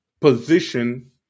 position